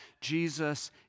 Jesus